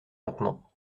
maintenant